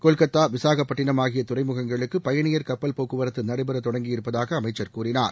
கொல்கத்தா விசாகப்பட்டினம் ஆகிய துறைமுகங்களுக்கு பயனியர் கப்பல் போக்குவரத்து நடைபெற தொடங்கியிருப்பதாக அமைச்சர் கூறினார்